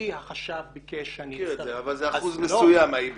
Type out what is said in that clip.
כי החשב ביקש שאני -- אבל זה אחוז מסוים האי ביצוע.